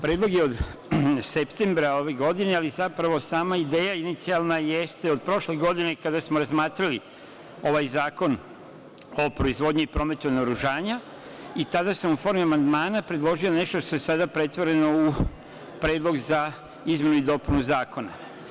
Predlog je od septembra ove godine, ali zapravo sama ideja inicijalna jeste od prošle godine kada smo razmatrali ovaj Zakon o proizvodnji i prometu naoružanja i tada sam u formi amandmana predložio nešto što je sada pretvoreno u predlog za izmenu i dopunu zakona.